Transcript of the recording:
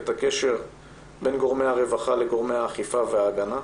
את הקשר בין גורמי הרווחה לגורמי האכיפה וההגנה,